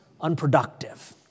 unproductive